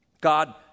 God